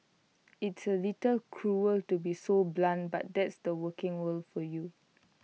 it's A little cruel to be so blunt but that's the working world for you